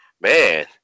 man